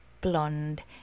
blonde